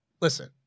Listen